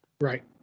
Right